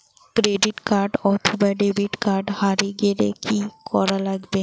Credit card অথবা debit card হারে গেলে কি করা লাগবে?